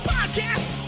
Podcast